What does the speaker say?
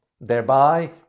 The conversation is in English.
thereby